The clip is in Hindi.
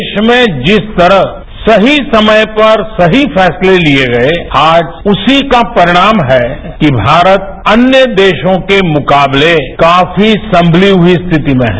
देश में जिस तरह सही समय पर सही फैसले लिये गये आज उसी का परिणाम है कि भारत अन्य देशों के मुकाबले काफी संमती हुई स्थिति में है